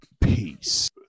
peace